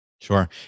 Sure